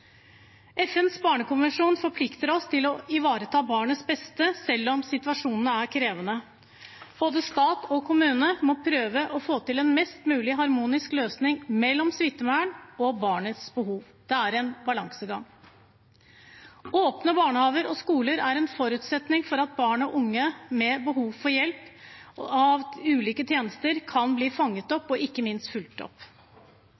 FNs barnekonvensjon forplikter oss til å ivareta barnets beste selv om situasjonen er krevende. Både stat og kommune må prøve å få til en mest mulig harmonisk løsning mellom smittevern og barnets behov. Det er en balansegang. Åpne barnehager og skoler er en forutsetning for at barn og unge med behov for hjelp fra ulike tjenester kan bli fanget opp og ikke minst fulgt opp.